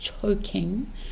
choking